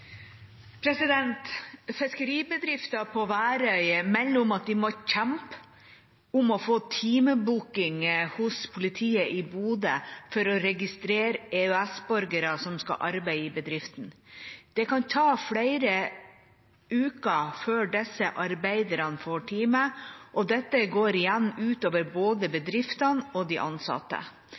på Værøy melder om at de må kjempe om å få timebooking hos politiet i Bodø for å registrere EØS-borgere som skal arbeide i bedriften. Det kan ta flere uker før disse arbeiderne får time, og dette går igjen ut over både bedriftene og de ansatte.